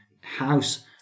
house